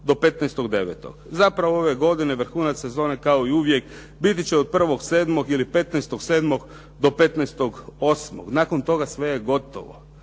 do 15.9. Zapravo ove godine vrhunac sezone kao i uvijek biti će od 1.7. ili 15.7. do 15.8. Nakon toga sve je gotovo.